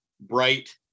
bright